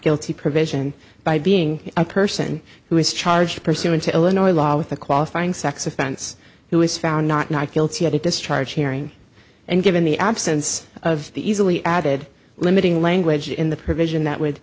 guilty provision by being a person who is charged pursuant to illinois law with a qualifying sex offense he was found not guilty of a discharge hearing and given the absence of the easily added limiting language in the provision that would